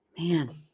Man